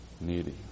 needy